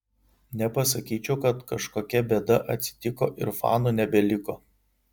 nepasakyčiau kad kažkokia bėda atsitiko ir fanų nebeliko